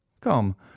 Come